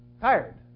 tired